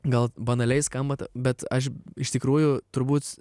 gal banaliai skamba bet aš iš tikrųjų turbūt